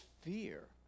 fear